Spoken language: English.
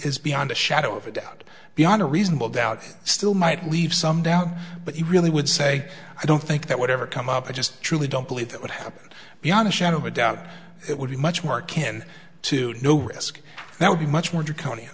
is beyond a shadow of a doubt beyond a reasonable doubt still might leave some doubt but you really would say i don't think that would ever come up i just truly don't believe that would happen beyond a shadow of a doubt it would be much more kin to no risk that would be much more